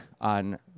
on